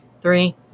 three